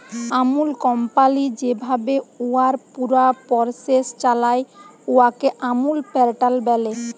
আমূল company যেভাবে উয়ার পুরা পরসেস চালায়, উয়াকে আমূল প্যাটার্ল ব্যলে